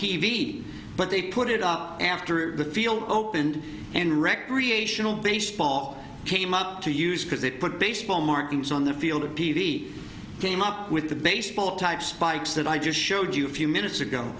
v but they put it up after the field opened and recreational baseball came up to use because they put baseball markings on the field of p v came up with the baseball type spikes that i just showed you a few minutes ago